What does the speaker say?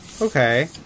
Okay